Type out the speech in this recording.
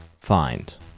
Find